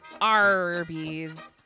Arby's